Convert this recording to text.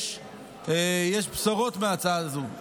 יש בשורות בהצעה הזאת.